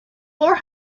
four